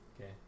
Okay